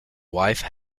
wife